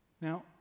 Now